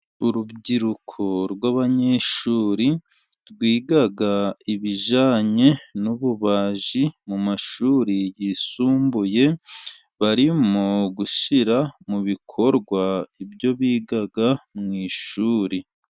urubyiruko rw'abanyeshur,i rwiga ibijyanye n'ububaji mu mashuri yisumbuye, bari mu gushyira mu bikorwa ibyo biga mu ishuri.